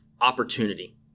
opportunity